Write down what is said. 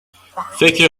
فکر